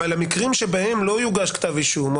אבל המקרים שבהם לא יוגש כתב אישום או